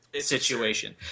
situation